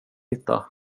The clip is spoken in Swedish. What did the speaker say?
hitta